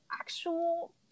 actual